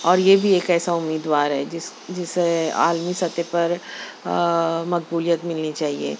اور یہ بھی ایک ایسا اُمیدوار ہے جس جسے عالمی سطح پر مقبولیت ملنی چاہیے